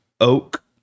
oak